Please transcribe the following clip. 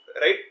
right